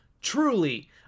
truly